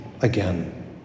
again